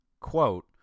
quote